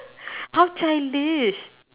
how childish